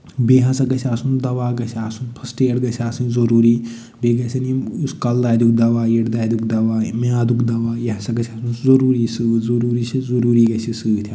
بیٚیہِ ہسا گژھِ آسُن دوا گژھِ آسُن فٔسٹ ایڈ گژھِ آسٕنۍ ضٔروٗری بیٚیہِ گژھن یِم یُس کَلہٕ دادیُک دوا یٔڈ دادیُک دوا یا میٛادُک دوا یہِ ہسا گژھِ آسُن ضٔروٗری سۭتۍ ضٔروٗری سے ضٔروٗری گژھِ یہِ سۭتۍ آسُن